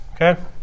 Okay